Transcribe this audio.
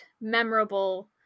memorable